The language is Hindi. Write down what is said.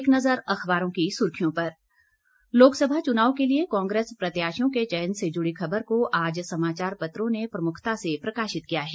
एक नज़र अखबारों की सुर्खियों पर लोकसभा चुनाव के लिए कांग्रेस प्रत्याशियों के चयन से जुड़ी खबर को आज समाचार पत्रों ने प्रमुखता से प्रकाशित किया है